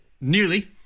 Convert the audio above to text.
nearly